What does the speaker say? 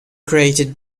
created